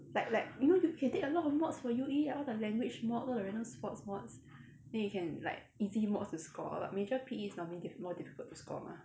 like like you know you can take a lot of mods for U_E all the language mods all the random sports mods then you can like easy mods to score but major P_E is normally diff~ more difficult to score mah